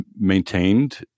maintained